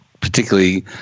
particularly